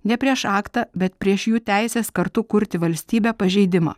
ne prieš aktą bet prieš jų teises kartu kurti valstybę pažeidimą